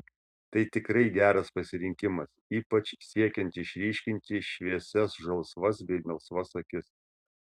tai tikrai geras pasirinkimas ypač siekiant išryškinti šviesias žalsvas bei melsvas akis